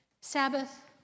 Sabbath